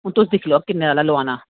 ते तुस दिक्खी लैओ किन्ने आह्ला लोआना